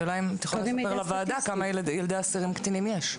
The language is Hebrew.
השאלה היא אם את יכולה לספר לוועדה כמה ילדי אסירים קטינים יש.